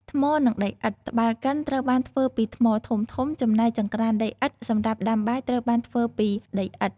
ថ្ម និងដីឥដ្ឋ ត្បាល់កិន ត្រូវបានធ្វើពីថ្មធំៗ ចំណែក ចង្ក្រានដីឥដ្ឋ សម្រាប់ដាំបាយត្រូវបានធ្វើពីដីឥដ្ឋ។